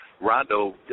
Rondo